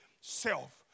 self